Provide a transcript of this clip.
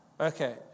Okay